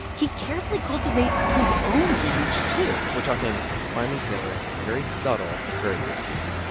he carefully cultivates his own image, too we're talking finely tailored, very subtle, very good suits